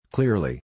Clearly